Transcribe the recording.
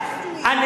זה הליך טכני.